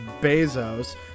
Bezos